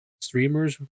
Streamers